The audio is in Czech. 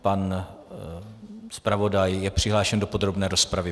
Pan zpravodaj je přihlášen o podrobné rozpravy.